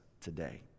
today